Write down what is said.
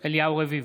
אליהו רביבו,